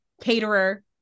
caterer